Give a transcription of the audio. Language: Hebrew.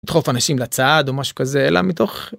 לדחוף אנשים לצד או משהו כזה אלא מתוך.